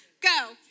Go